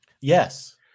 Yes